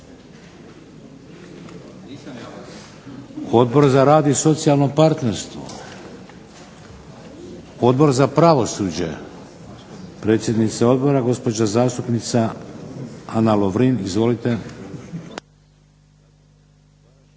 Odbor za rad i socijalno partnerstvo? Odbor za pravosuđe? Predsjednica odbora, gospođa zastupnica Ana Lovrin. Izvolite.